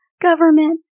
government